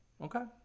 Okay